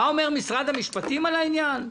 מה אומר משרד המשפטים על העניין?